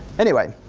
anyway,